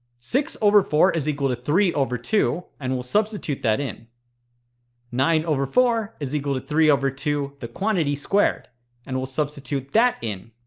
six over four is equal to three over two and we'll substitute that in nine over four is equal to three over two the quantity squared and we'll substitute that in